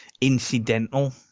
incidental